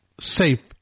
safe